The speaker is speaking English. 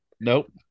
Nope